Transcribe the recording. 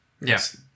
Yes